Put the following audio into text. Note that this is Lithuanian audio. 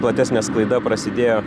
platesnė sklaida prasidėjo